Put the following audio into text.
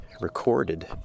recorded